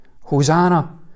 Hosanna